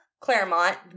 Claremont